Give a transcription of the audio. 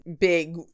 big